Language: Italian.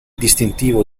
distintivo